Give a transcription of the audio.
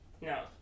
No